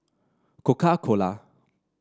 Coca Cola